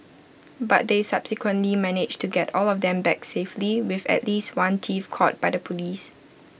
but they subsequently managed to get all of them back safely with at least one thief caught by the Police